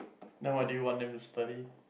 then what do you want them to study